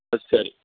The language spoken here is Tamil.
ஆ சரி